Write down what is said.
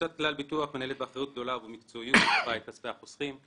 קבוצת כלל ביטוח מנהלת באחריות גדולה ובמקצועיות רבה את כספי החוסכים.